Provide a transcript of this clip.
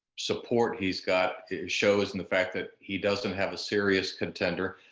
support he's got shows in the fact that he doesn't have a serious contender.